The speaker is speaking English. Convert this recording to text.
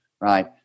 Right